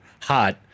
hot